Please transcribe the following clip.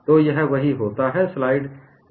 तो यह वही होता है स्लाइड समय देखें 1820